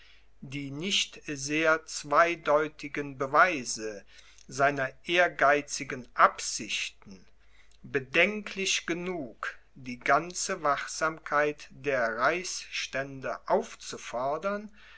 die nicht sehr zweideutigen beweise seiner ehrgeizigen absichten bedenklich genug die ganze wachsamkeit der reichsstände aufzufordern